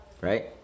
right